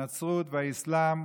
הנצרות והאסלאם,